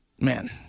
Man